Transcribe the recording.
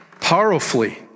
powerfully